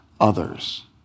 others